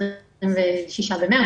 ב-26 במרץ.